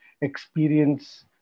experience